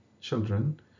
children